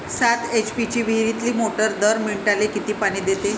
सात एच.पी ची विहिरीतली मोटार दर मिनटाले किती पानी देते?